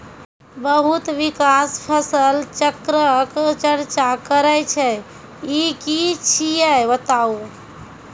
बहुत किसान फसल चक्रक चर्चा करै छै ई की छियै बताऊ?